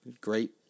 Great